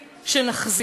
אבל יותר מהכול,